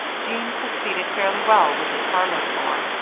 jean succeeded fairly well with the parlor floor,